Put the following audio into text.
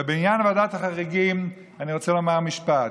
בעניין ועדת החריגים, אני רוצה לומר משפט.